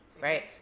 right